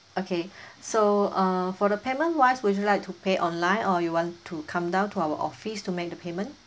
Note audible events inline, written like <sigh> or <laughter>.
okay <breath> so uh for the payment wise would you like to pay online or you want to come down to our office to make the payment